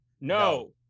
no